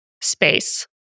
space